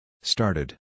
Started